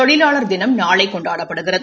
தொழிலாளா் தினம் நாளை கொண்டாடப்படுகிறது